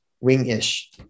Wing-ish